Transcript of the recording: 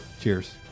Cheers